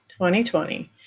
2020